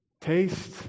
taste